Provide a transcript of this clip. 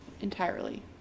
entirely